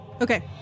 Okay